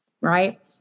right